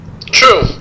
True